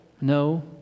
no